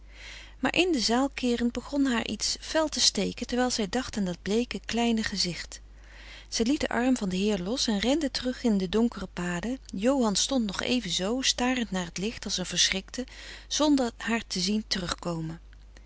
maar in de zaal keerend begon haar iets fel te steken terwijl zij dacht aan dat bleeke kleine gezicht zij liet den arm van den heer los en rende terug in de donkere paden johan stond nog evenzoo starend naar het licht als een verschrikte zonder haar te zien